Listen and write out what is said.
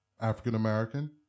African-American